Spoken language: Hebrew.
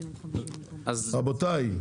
רבותיי,